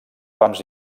pams